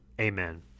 Amen